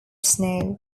snow